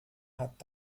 hat